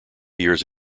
years